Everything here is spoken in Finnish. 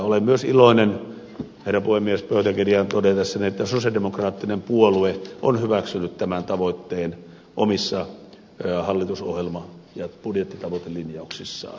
olen myös iloinen herra puhemies todetessani pöytäkirjaan että sosialidemokraattinen puolue on hyväksynyt tämän tavoitteen omissa hallitusohjelma ja budjettitavoitelinjauksissaan